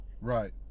Right